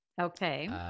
Okay